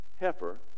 heifer